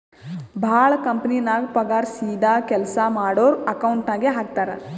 ಭಾಳ ಕಂಪನಿನಾಗ್ ಪಗಾರ್ ಸೀದಾ ಕೆಲ್ಸಾ ಮಾಡೋರ್ ಅಕೌಂಟ್ ನಾಗೆ ಹಾಕ್ತಾರ್